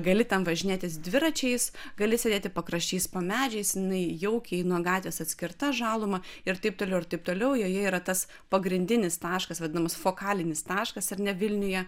gali ten važinėtis dviračiais gali sėdėti pakraščiais po medžiais jinai jaukiai nuo gatvės atskirta žaluma ir taip toliau ir taip toliau joje yra tas pagrindinis taškas vadinamas fokalinis taškas ar ne vilniuje